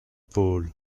paul